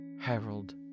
Harold